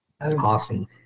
Awesome